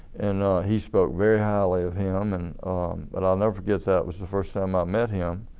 and he spoke very highly of him and but i'll never forget that was the first time i met him.